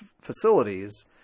facilities